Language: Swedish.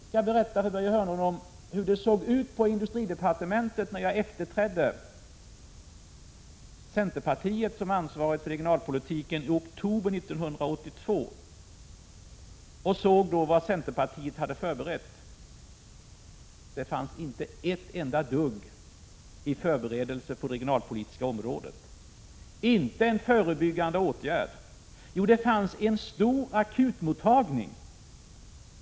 Jag skall berätta för Börje Hörnlund hur det såg ut på industridepartementet när jag efterträdde centerpartiet, som ansvarade för regionalpolitiken, i oktober 1982. Jag såg då vad centerpartiet hade förberett. Det fanns inte ett enda dugg av förberedelse på det regionalpolitiska området, inte en förebyggande åtgärd. Jo, det fanns en stor akutmottagning.